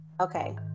Okay